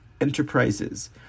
enterprises